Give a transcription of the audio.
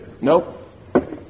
Nope